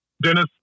Dennis